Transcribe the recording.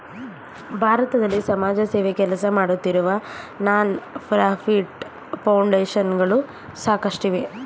ಭಾರತದಲ್ಲಿ ಸಮಾಜಸೇವೆ ಕೆಲಸಮಾಡುತ್ತಿರುವ ನಾನ್ ಪ್ರಫಿಟ್ ಫೌಂಡೇಶನ್ ಗಳು ಸಾಕಷ್ಟಿವೆ